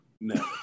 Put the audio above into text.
no